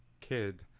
kid